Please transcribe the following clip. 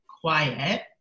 quiet